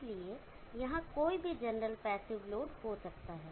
इसलिए यहां कोई भी जनरल पैसिव लोड हो सकता है